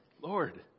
Lord